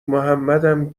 محمدم